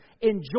enjoy